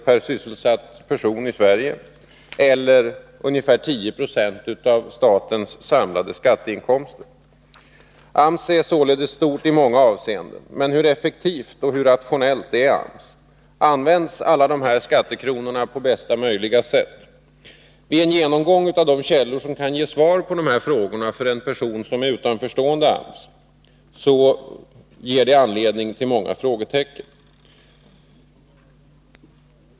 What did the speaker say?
per sysselsatt person i Sverige eller ungefär 10 26 av statens samlade skatteinkomster. AMS är således stort i många avseenden. Men hur effektivt och rationellt är AMS? Används alla dessa skattekronor på bästa möjliga sätt? Vid en genomgång av de källor som kan ge svar på dessa frågor för en person som står utanför AMS finns det anledning att sätta många frågetecken.